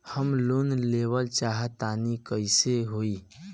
हम लोन लेवल चाह तानि कइसे होई?